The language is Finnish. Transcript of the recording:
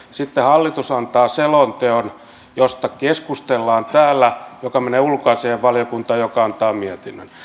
sitten hallitus antaa selonteon josta keskustellaan täällä joka menee ulkoasiainvaliokuntaan joka antaa mietinnön